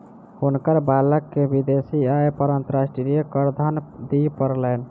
हुनकर बालक के विदेशी आय पर अंतर्राष्ट्रीय करधन दिअ पड़लैन